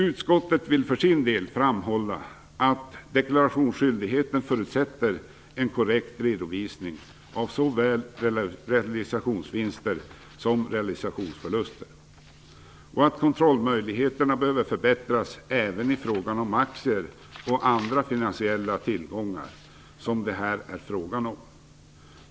Utskottet vill för sin del framhålla att deklarationsskyldigheten förutsätter en korrekt redovisning av såväl realisationsvinster som realisationsförluster och att kontrollmöjligheterna behöver förbättras även i fråga om aktier och andra finansiella tillgångar som det här är fråga om.